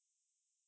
orh